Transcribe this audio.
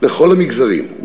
לכל המגזרים,